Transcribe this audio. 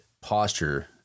posture